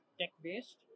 tech-based